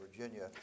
Virginia